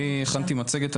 אני הכנתי מצגת.